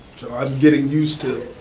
so i'm getting used to,